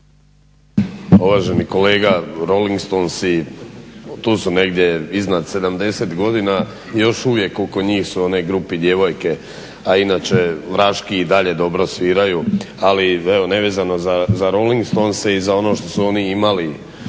Uvaženi kolega Rolling Stonesi tu su negdje iznad 70 godina i još uvijek oko njih su one grupie djevojke, a inače vraški i dalje dobro sviraju ali evo nevezano za Rolling Stonese i za ono što su oni imali